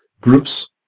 groups